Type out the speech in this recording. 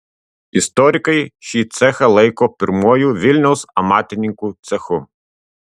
istorikai šį cechą laiko pirmuoju vilniaus amatininkų cechu